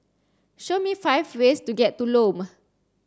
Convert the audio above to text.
show me five ways to get to Lome